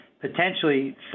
potentially